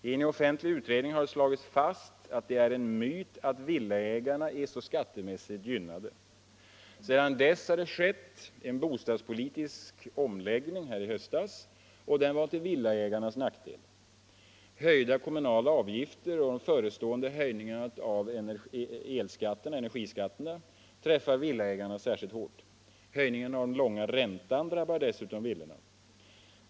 I en offentlig utredning har det slagits fast att det är en myt att villaägaren är så skattemässigt gynnad. Sedan dess har en bostadspolitisk omläggning genomförts i höstas, och den var till villaägarnas nackdel. Höjda kommunala avgifter och de förestående höjningarna av energiskatterna träffar villaägare särskilt hårt. Höjningen av den långa räntan drabbar dessutom villorna.